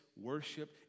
worship